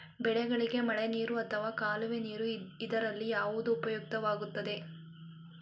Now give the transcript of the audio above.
ಬೆಳೆಗಳಿಗೆ ಮಳೆನೀರು ಅಥವಾ ಕಾಲುವೆ ನೀರು ಇದರಲ್ಲಿ ಯಾವುದು ಉಪಯುಕ್ತವಾಗುತ್ತದೆ?